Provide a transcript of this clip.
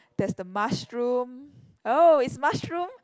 there's the mushroom oh it's mushroom